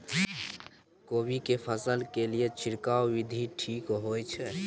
कोबी फसल के लिए छिरकाव विधी ठीक होय छै?